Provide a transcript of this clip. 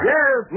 Yes